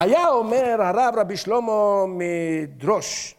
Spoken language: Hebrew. היה אומר הרב רבי שלמה מדרוש.